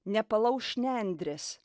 nepalauš nendrės